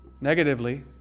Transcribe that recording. Negatively